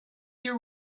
year